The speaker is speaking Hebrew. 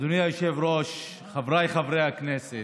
אדוני היושב-ראש, חבריי חברי הכנסת,